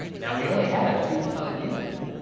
now we only had a two ton unit.